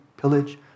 Pillage